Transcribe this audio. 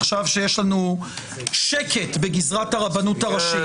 עכשיו שיש לנו שקט בגזרת הרבנות הראשית,